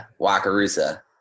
Wakarusa